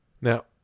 Now